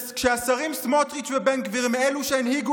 כשהשרים סמוטריץ' ובן גביר הם אלו שהנהיגו